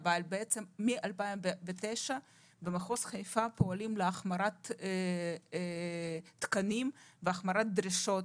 אבל בעצם מ-2009 במחוז חיפה פועלים להחמרת תקנים ודרישות